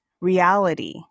reality